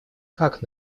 как